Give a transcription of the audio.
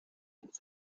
ins